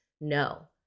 no